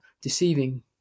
deceiving